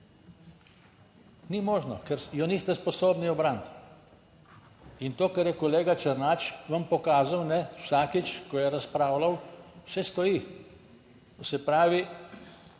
Ni možno, ker je niste sposobni ubraniti. In to, kar je kolega Černač vam pokazal, vsakič ko je razpravljal, vse stoji. Se pravi,